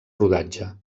rodatge